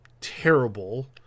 terrible